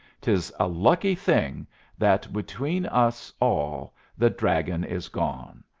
tis a lucky thing that between us all the dragon is gone,